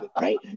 right